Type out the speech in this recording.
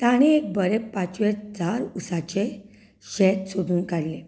ताणें एक बरें पाचवेंचार ऊसाचें शेत सोदून काडलें